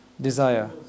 Desire